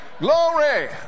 Glory